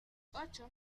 ocho